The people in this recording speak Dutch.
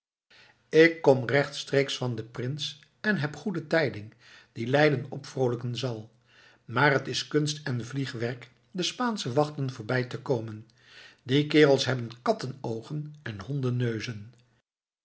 ik kom rechtstreeks van den prins en heb goede tijding die leiden opvroolijken zal maar het is kunst en vliegwerk de spaansche wachten voorbij te komen die kerels hebben kattenoogen en